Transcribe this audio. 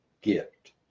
gift